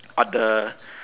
other